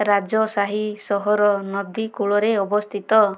ରାଜସାହି ସହର ନଦୀ କୂଳରେ ଅବସ୍ଥିତ